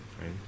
right